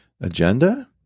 agenda